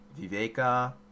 Viveka